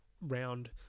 round